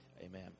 Amen